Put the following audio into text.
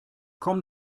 komm